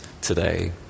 today